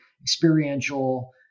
experiential